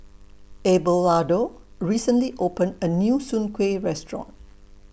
Abelardo recently opened A New Soon Kueh Restaurant